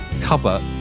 cover